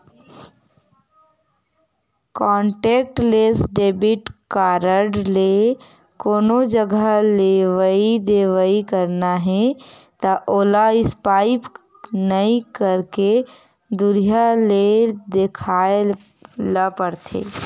contactless debit card ले कोनो जघा लेवइ देवइ करना हे त ओला स्पाइप नइ करके दुरिहा ले देखाए ल परथे